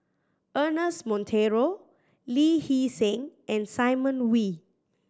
Ernest Monteiro Lee Hee Seng and Simon Wee